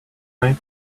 night